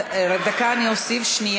נתקבלה.